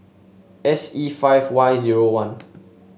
S E five Y zero one